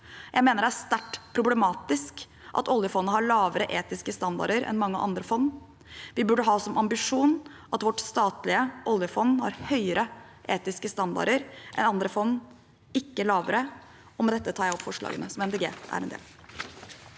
Jeg mener det er sterkt problematisk at oljefondet har lavere etiske standarder enn mange andre fond. Vi burde ha som ambisjon at vårt statlige oljefond har høyere etiske standarder enn andre fond, ikke lavere. Kjell Ingolf Ropstad (KrF)